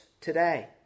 today